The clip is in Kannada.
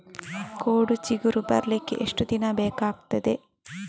ಕೋಡು ಚಿಗುರು ಬರ್ಲಿಕ್ಕೆ ಎಷ್ಟು ದಿನ ಬೇಕಗ್ತಾದೆ?